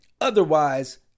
Otherwise